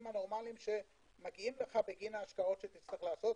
הנורמליים שמגיעים לך בגין ההשקעות שתצטרך לעשות,